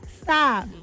Stop